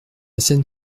scène